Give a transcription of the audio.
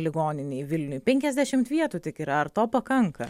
ligoninėj vilniuj penkiasdešimt vietų tik yra ar to pakanka